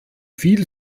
viel